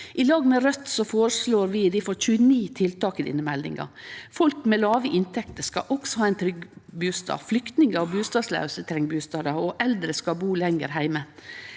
I lag med Raudt føreslår vi difor 29 tiltak i denne meldinga. Folk med låge inntekter skal også ha ein trygg bustad, flyktningar og bustadlause treng bustadar, og eldre skal bu lenger heime.